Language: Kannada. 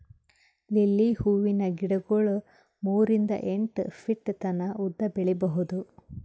ಲಿಲ್ಲಿ ಹೂವಿನ ಗಿಡಗೊಳ್ ಮೂರಿಂದ್ ಎಂಟ್ ಫೀಟ್ ತನ ಉದ್ದ್ ಬೆಳಿಬಹುದ್